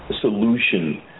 solution